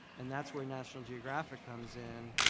and that's where national geographic comes in.